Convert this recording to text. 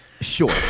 sure